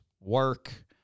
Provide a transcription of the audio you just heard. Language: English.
work